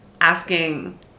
asking